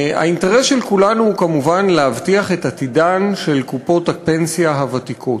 האינטרס של כולנו הוא כמובן להבטיח את עתידן של קופות הפנסיה הוותיקות,